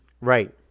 right